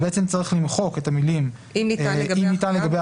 בעצם צריך למחוק את המילים "אם ניתן לגבי